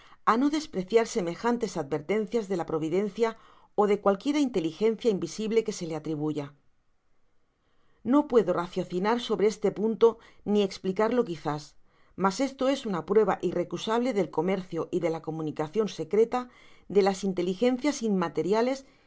á no despreciar semejantes advertencias de la providencia ó de cualquiera inteligencia invisible que seevatribuya no puedo raciocinar sobré me'punto ni esplicarlo'qusfeámas esto es una prueba irrecusabledel comercio y de la comunicacion secretarte las inteligencias inmateriales con